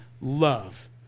love